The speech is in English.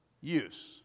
use